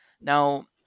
Now